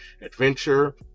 adventure